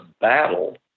battle